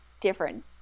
different